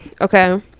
okay